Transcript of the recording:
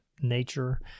nature